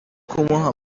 kumuha